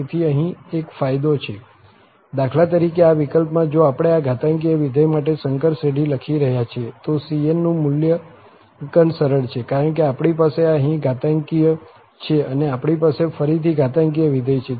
તેથી અહીં એક ફાયદો છે દાખલા તરીકે આ વિકલ્પમાં જો આપણે આ ઘાતાંકીય વિધેય માટે સંકર શ્રેઢી લખી રહ્યા છીએ તો cn નું મૂલ્યાંકન સરળ છે કારણ કે આપણી પાસે અહીં ઘાતાંકીય છે અને આપણી પાસે ફરીથી ઘાતાંકીય વિધેય છે